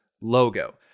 logo